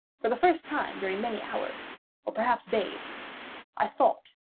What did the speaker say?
for the first time during many hours or perhaps days i thought.